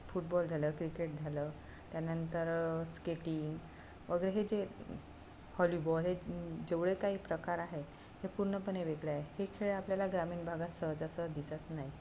football झालं cricket झालं त्यानंतर स्केटिंग वगैरे हे जे हॉलीबॉल हे जेवढे काही प्रकार आहेत हे पूर्णपणे वेगळे आहे हे खेळ आपल्याला ग्रामीण भागात सहजासहजी दिसत नाही